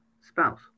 spouse